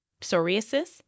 psoriasis